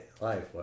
life